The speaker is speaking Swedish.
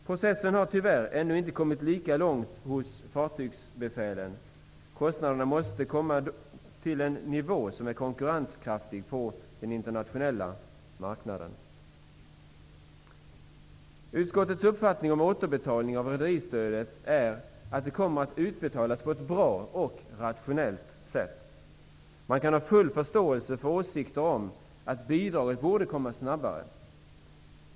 Processen har tyvärr inte kommit lika långt hos fartygsbefälen. Kostnaderna måste läggas på en nivå som är konkurrenskraftig på den internationella marknaden. Utskottets uppfattning om återbetalning av rederistödet är att det kommer att utbetalas på ett bra och rationellt sätt. Man kan ha full förståelse för åsikter om att bidraget borde komma snabbare.